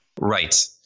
Right